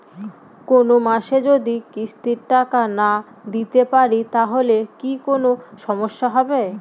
কোনমাসে যদি কিস্তির টাকা না দিতে পারি তাহলে কি কোন সমস্যা হবে?